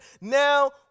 now